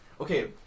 okay